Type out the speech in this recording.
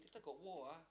later got war ah